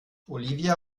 olivia